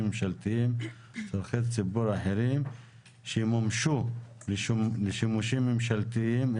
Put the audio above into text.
ממשלתיים לצרכי ציבור אחרים שימומשו לשימושים ממשלתיים,